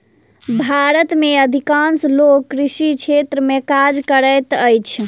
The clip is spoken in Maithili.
भारत में अधिकांश लोक कृषि क्षेत्र में काज करैत अछि